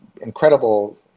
Incredible